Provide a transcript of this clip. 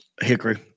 Hickory